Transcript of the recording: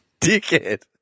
dickhead